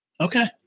Okay